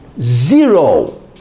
zero